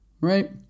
right